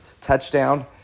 touchdown